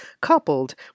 coupled